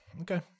Okay